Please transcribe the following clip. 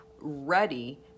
ready